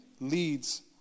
leads